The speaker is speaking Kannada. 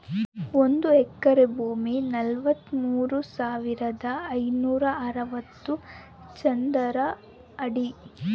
ಒಂದು ಎಕರೆ ಭೂಮಿ ನಲವತ್ಮೂರು ಸಾವಿರದ ಐನೂರ ಅರವತ್ತು ಚದರ ಅಡಿ